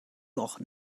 doch